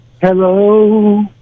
Hello